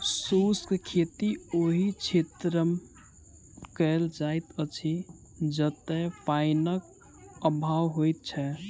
शुष्क खेती ओहि क्षेत्रमे कयल जाइत अछि जतय पाइनक अभाव होइत छै